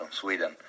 Sweden